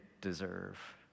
deserve